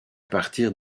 partir